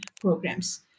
programs